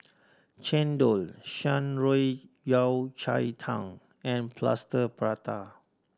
chendol Shan Rui Yao Cai Tang and Plaster Prata